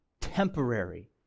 temporary